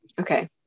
okay